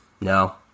no